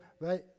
right